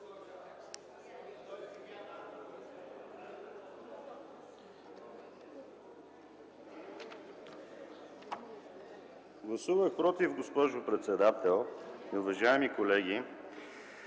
Гласувах „против”, госпожо председател и уважаеми колеги,